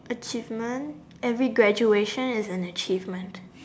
achievement every graduation is an achievement